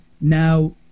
now